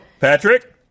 Patrick